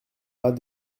pas